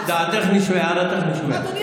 הקראת את דעת הנשיאה אבל היא הייתה בדעת מיעוט.